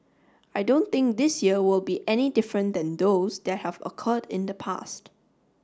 I don't think this year will be any different than those that have occurred in the past